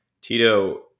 Tito